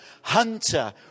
hunter